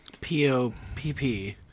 P-O-P-P